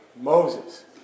Moses